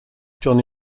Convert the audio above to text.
johnny